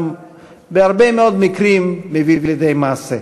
בהרבה מאוד מקרים גם מביא לידי מעשה.